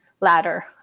ladder